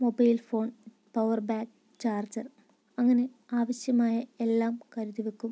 mobile phone power bank charger അങ്ങനെ ആവശ്യമായ എല്ലാം കരുതിവെക്കും